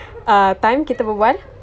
uh time kita berbual